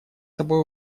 собой